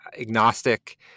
agnostic